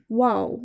wow